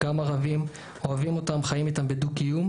גם ערבים אוהבים אותם וחיים איתם בדו-קיום.